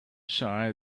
saw